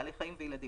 בעלי חיים וילדים.